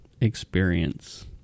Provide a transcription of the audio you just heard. experience